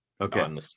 Okay